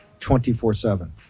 24-7